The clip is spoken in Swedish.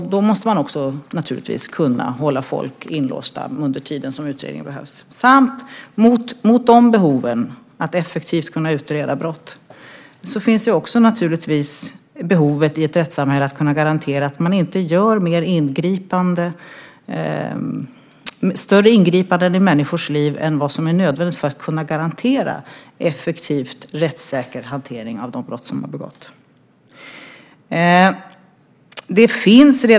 Då måste man naturligtvis också kunna hålla personer inlåsta under den tid som utredning behöver göras. Gentemot behovet av att effektivt kunna utreda brott finns det i ett rättssamhälle naturligtvis också ett behov av att kunna garantera att inte större ingripanden görs i människors liv än som är nödvändigt för att kunna garantera en effektiv och rättssäker hantering av brott som begåtts.